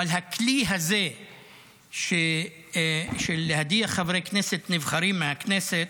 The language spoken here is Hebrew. אבל הכלי הזה של להדיח חברי כנסת נבחרים מהכנסת,